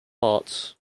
arts